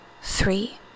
three